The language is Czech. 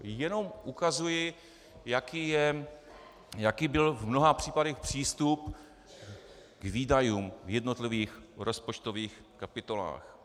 Jenom ukazuji, jaký byl v mnoha případech přístup k výdajům v jednotlivých rozpočtových kapitolách.